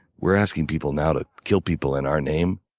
we're asking people now to kill people in our name,